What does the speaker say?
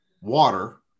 water